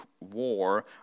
war